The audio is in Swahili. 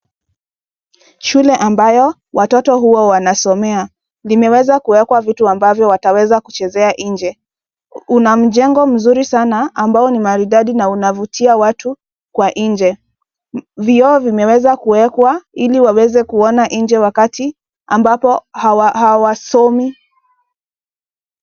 Shule ambayo watoto huwa wanasomea limeweza kuwekwa vitu ambayo wataweza kuchezea nje. Una mjengo mzuri sana ambao ni maridadi na unavutia watu kwa nje. Vioo vimeweza kuwekwa ili waweze kuona nje wakati ambapo hawasomi.